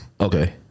Okay